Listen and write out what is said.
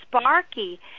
Sparky